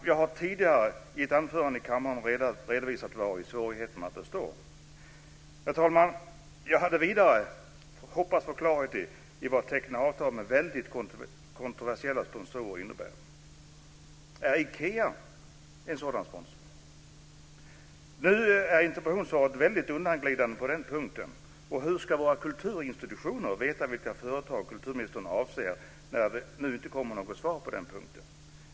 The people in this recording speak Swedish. Jag har tidigare i ett anförande i kammaren redovisat vari svårigheterna består. Herr talman! Jag hade vidare hoppats att få klarhet i vad att teckna avtal med väldigt kontroversiella sponsorer innebär. Är Ikea en sådan sponsor? Interpellationssvaret är väldigt undanglidande på den punkten. Hur ska våra kulturinstitutioner veta vilka företag kulturministern avser när det nu inte kommer något svar på den punkten.